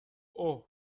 اوه